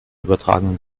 übertragenen